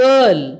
Girl